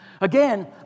Again